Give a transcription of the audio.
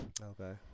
Okay